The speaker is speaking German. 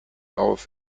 auf